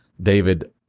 David